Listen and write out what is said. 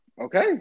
Okay